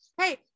Hey